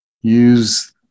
use